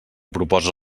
proposa